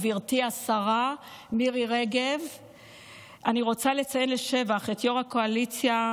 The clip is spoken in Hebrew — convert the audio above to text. גברתי השרה מירי רגב; אני רוצה לציין לשבח את יו"ר הקואליציה,